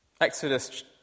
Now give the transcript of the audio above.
Exodus